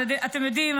אתם יודעים,